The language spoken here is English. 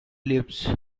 lips